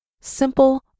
simple